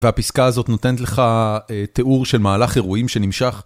והפסקה הזאת נותנת לך תיאור של מהלך אירועים שנמשך.